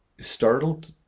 startled